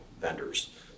vendors